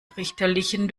richterlichen